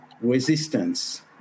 resistance